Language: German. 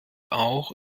auch